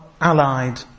allied